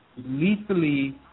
lethally